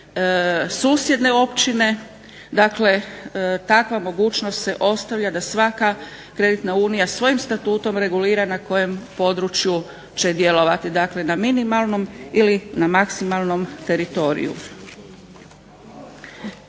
susjedne općine. Dakle, takva mogućnost se ostavlja da svaka kreditna unija svojim statutom regulira na kojem području će djelovati. Dakle, na minimalnom ili na maksimalnom teritoriju.